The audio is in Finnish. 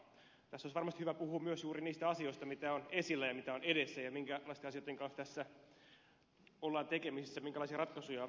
tässä olisi varmasti hyvä puhua myös juuri niistä asioista mitä on esillä ja mitä on edessä ja minkälaisten asioitten kanssa tässä ollaan tekemisissä minkälaisia ratkaisuja tehdään